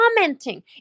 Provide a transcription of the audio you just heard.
commenting